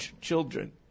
children